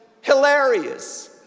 hilarious